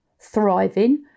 thriving